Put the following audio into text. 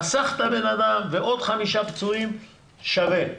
חסכת בן אדם ועוד חמישה פצועים, שווה.